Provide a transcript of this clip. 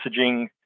messaging